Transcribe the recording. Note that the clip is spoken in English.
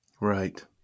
Right